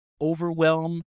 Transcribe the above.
overwhelm